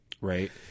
right